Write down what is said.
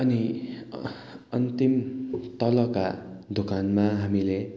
अनि अन्तिम तलका दोकानमा हामीले